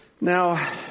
now